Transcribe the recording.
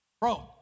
Bro